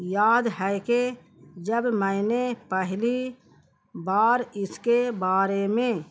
یاد ہے کہ جب میں نے پہلی بار اس کے بارے میں